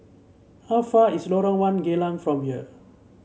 how far is Lorong One Geylang from here